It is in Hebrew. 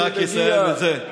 בסדר, אני רק אסיים את זה.